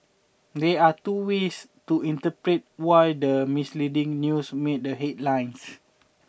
there are two ways to interpret why the misleading news made the headlines